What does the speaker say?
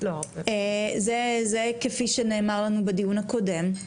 זה כפי שנאמר לנו בדיון הקודם.